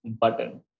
button